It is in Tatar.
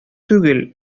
түгел